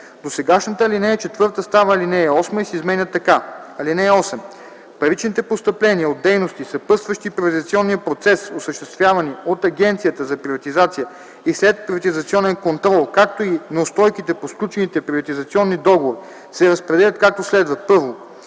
Досегашната ал. 4 става ал. 8 и се изменя така: „(8) Паричните постъпления от дейности, съпътстващи приватизационния процес, осъществявани от Агенцията за приватизация и следприватизационен контрол, както и неустойките по сключените приватизационни договори се разпределят, както следва: 1.